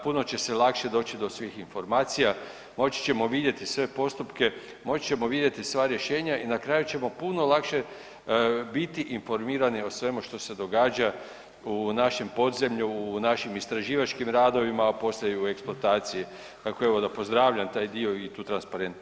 Puno će se lakše doći do svih informacija, moći ćemo vidjeti sve postupke, moći ćemo vidjeti sva rješenja i na kraju ćemo puno lakše biti informirani o svemu što se događa u našem podzemlju, u našim istraživačkim radovima, a postaju eksploatacije, tako evo da pozdravljam taj dio i tu transparentnost.